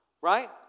Right